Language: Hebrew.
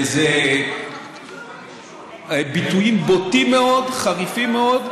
אלו ביטויים בוטים מאוד, חריפים מאוד,